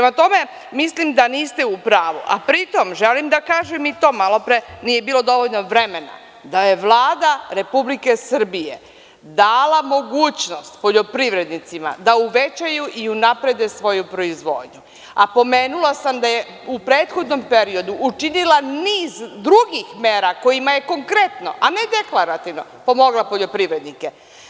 Mislim da niste u pravu, a pri tom, želim da kažem i to, malo pre nije bilo dovoljno vremena, da je Vlada RS dala mogućnost poljoprivrednicima da uvećaju i unaprede svoju proizvodnju, a pomenula sam da je u prethodnom periodu učinila niz drugih mera kojima je konkretno, a ne deklarativno, pomogla poljoprivrednike.